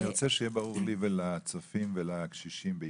אני רוצה שיהיה ברור לי ולצופים ולקשישים בעיקר,